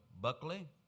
Buckley